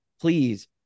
please